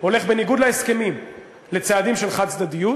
הולך בניגוד להסכמים לצעדים של חד-צדדיות,